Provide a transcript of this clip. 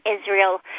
Israel